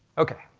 okay,